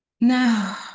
Now